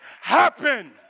happen